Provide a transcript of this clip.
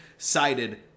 cited